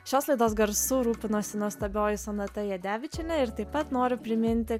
šios laidos garsu rūpinosi nuostabioji sonata jadevičienė ir taip pat noriu priminti